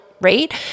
right